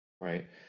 right